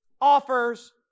offers